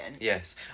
yes